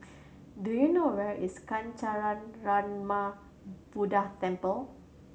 do you know where is Kancanarama Buddha Temple